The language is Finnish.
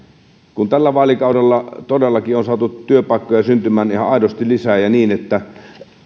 tällä vaalikaudella todellakin on saatu työpaikkoja syntymään ihan aidosti lisää ja niin että